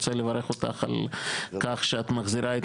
רוצה לברך אותך על כך שאת מחזירה את